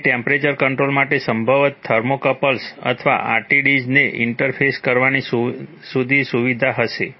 તેથી temperature controller માટે સંભવત થર્મોકપલ્સ કરવાની સીધી સુવિધા હશે